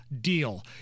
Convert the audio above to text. deal